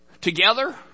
together